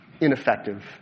ineffective